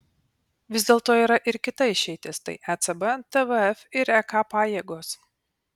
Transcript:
vis dėlto yra ir kita išeitis tai ecb tvf ir ek pajėgos